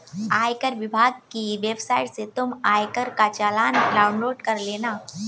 आयकर विभाग की वेबसाइट से तुम आयकर का चालान डाउनलोड कर लेना